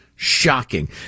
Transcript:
shocking